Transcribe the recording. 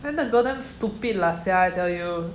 then the girl damn stupid lah sia I tell you